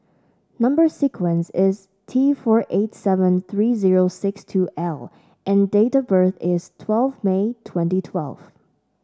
number sequence is T four eight seven three zero six two L and date of birth is twelve May twenty twelve